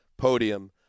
podium